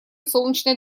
солнечной